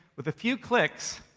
with a few clicks,